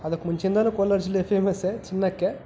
ಅದಕ್ಕೆ ಮುಂಚೆಯಿಂದನೂ ಕೋಲಾರ ಜಿಲ್ಲೆ ಫೇಮಸ್ಸೆ ಚಿನ್ನಕ್ಕೆ